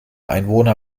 einwohner